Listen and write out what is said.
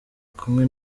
kumwe